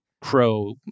crow